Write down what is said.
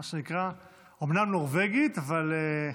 אומנם נורבגית אבל,